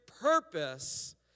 purpose